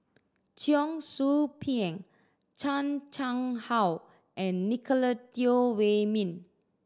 Cheong Soo Pieng Chan Chang How and Nicolette Teo Wei Min